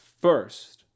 First